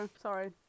Sorry